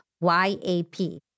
Y-A-P